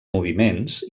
moviments